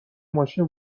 ماشین